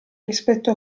rispetto